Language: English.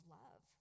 love